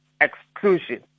exclusion